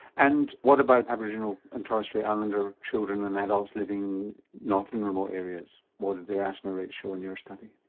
and what about aboriginal and torres strait islander children and adults living not in remote areas, what do their asthma rates show in your study?